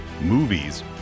movies